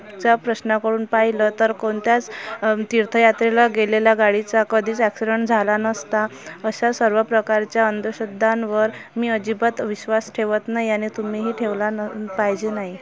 चा प्रश्नाकडून पाहिलं तर कोणत्याच तीर्थयात्रेला गेलेल्या गाडीचा कधीच ॲक्सिडेंट झाला नसता अशा सर्व प्रकारच्या अंधश्रद्धांवर मी अजिबात विश्वास ठेवत नाही आणि तुम्हीही ठेवला न पाहिजे नाही